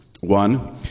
One